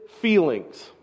feelings